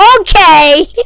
Okay